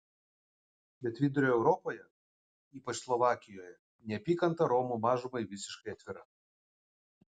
bet vidurio europoje ypač slovakijoje neapykanta romų mažumai visiškai atvira